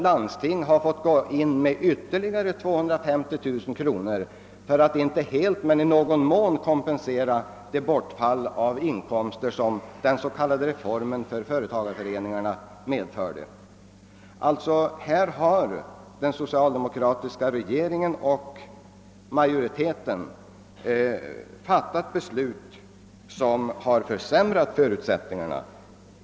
— Landstinget har fått skjuta till 250 000 kronor extra för att i någon mån — inte helt — kompensera det bortfall av inkomster som den s.k. reformen av företagarföreningarna medförde. Här har alltså den socialdemokratiska regeringen och riksdagsmajoriteten fattat beslut som har försämrat förutsättningarna.